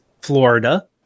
Florida